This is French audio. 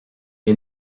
est